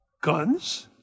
Guns